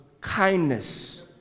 kindness